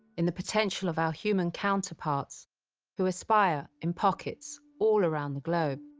in the potential of our human counterparts who aspire in pockets all around the globe.